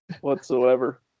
whatsoever